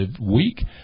week